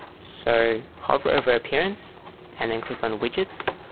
so hover over appearance and then click on widgets